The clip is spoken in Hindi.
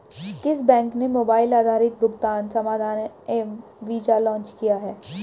किस बैंक ने मोबाइल आधारित भुगतान समाधान एम वीज़ा लॉन्च किया है?